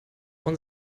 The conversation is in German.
uns